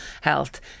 health